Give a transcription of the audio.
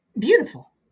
beautiful